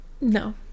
No